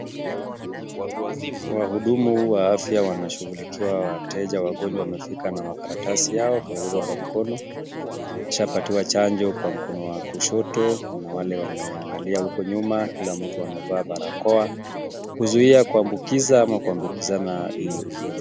Wahudumu wa afya wanashughulikia wagonjwa wamefika na makaratasi yao iko karibu kwa mkono, washapatiwa chanjo kwa mkono wa kushoto na wale wameangalia uko nyuma kila mtu amevalia barakoa, kuzuia kuambukiza ama kuambukizana hii ugonjwa.